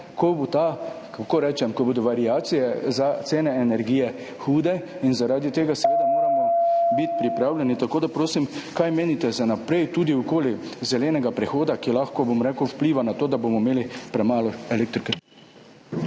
kako naj rečem? – ko bodo variacije za cen energije hude. Zaradi tega seveda moramo biti pripravljeni. Tako da prosim za odgovor: Kaj menite za naprej tudi okoli zelenega prehoda, ki lahko vpliva na to, da bomo imeli premalo elektrike?